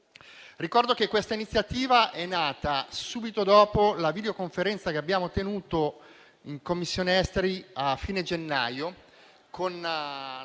Ricordo che l'iniziativa è nata subito dopo la videoconferenza che abbiamo tenuto in Commissione esteri, a fine gennaio, con la